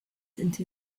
into